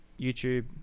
YouTube